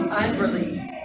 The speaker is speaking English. unreleased